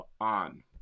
on